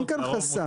אין כאן חסם.